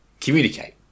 communicate